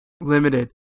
limited